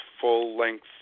full-length